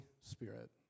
Spirit